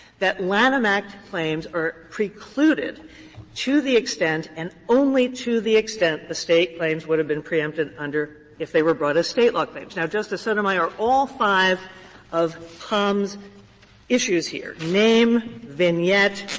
that lanham act claims are precluded to the extent and only to the extent the state claims would have been preempted under if they were brought as state law claims. now, justice sotomayor, all five of pom's issues here name, vignette,